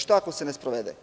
Šta ako se ne sprovede?